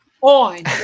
on